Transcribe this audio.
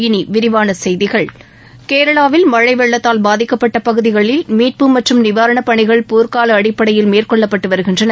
இனி விரிவான செய்திகள் கேரளாவில் மழை வெள்ளத்தால் பாதிக்கப்பட்ட பகுதிகளில் மீட்பு மற்றும் நிவாரணப் பணிகள் போர்க்கூல அடிப்படையில் மேற்கொள்ளப்பட்டு வருகின்றன